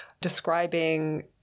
describing